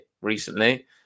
recently